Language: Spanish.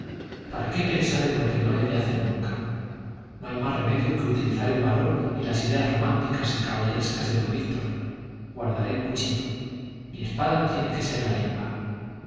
para qué pensar en lo que no he de hacer nunca no hay más remedio que utilizar el valor y las ideas románticas y caballerescas de don víctor guardaré el cuchillo mi espada tiene que ser la lengua